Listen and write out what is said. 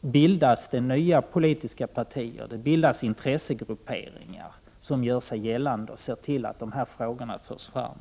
bildas nya politiska partier. Det bildas intressegrupperingar som gör sig gällande och ser till att dessa frågor förs fram.